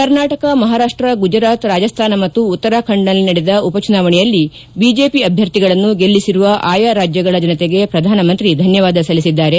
ಕರ್ನಾಟಕ ಮಹಾರಾಷ್ಸ ಗುಜರಾತ್ ರಾಜಸ್ತಾನ ಮತ್ತು ಉತ್ತರಾಖಂಡ್ನಲ್ಲಿ ನಡೆದ ಉಪಚುನಾವಣೆಯಲ್ಲಿ ಬಿಜೆಪಿ ಅಭ್ಯರ್ಥಿಗಳನ್ನು ಗೆಲ್ಲಿಸಿರುವ ಆಯಾ ರಾಜ್ಯಗಳ ಜನತೆಗೆ ಪ್ರಧಾನಮಂತ್ರಿ ಧನ್ಹವಾದ ಸಲ್ಲಿಸಿದ್ದಾರೆ